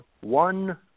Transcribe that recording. one